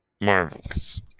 marvelous